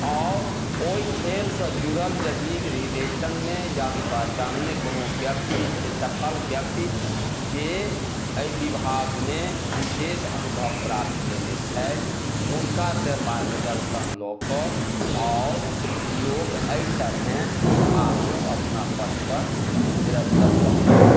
आओर ओइ खेल सऽ जुड़ल जदि रिलेशन मे जान पहचान मे कोनो व्यक्ति जे छै सफल व्यक्ति जे अइ विभाग मे विशेष अनुभव प्राप्त केने छैथ हुनका से मार्गदर्शन लअ कऽ आओर लोक अइ तरह आगू अपना पथपर निरन्तर चलैत रहय